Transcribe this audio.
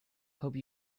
hope